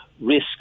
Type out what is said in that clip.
risk